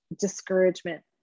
discouragement